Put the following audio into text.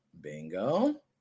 bingo